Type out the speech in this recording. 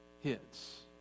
hits